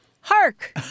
hark